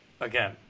again